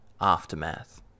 Aftermath